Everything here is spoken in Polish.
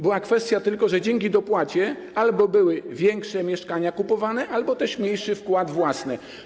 Była tylko kwestia tego, że dzięki dopłacie albo były większe mieszkania kupowane, albo też był mniejszy wkład własny.